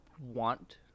want